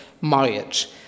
marriage